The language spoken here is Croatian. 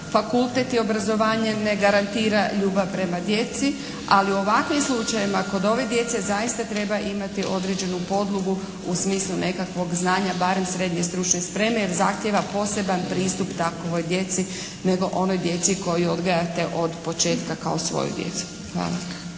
fakultet i obrazovanje ne garantira ljubav prema djeci ali u ovakvim slučajevima kod ove djece zaista treba imati određenu podlogu u smislu nekakvog znanja barem srednje stručne spreme jer zahtijeva poseban pristup takvoj djeci nego onoj djeci koju odgajate od početka kao svoju djecu. Hvala.